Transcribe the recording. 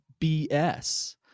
BS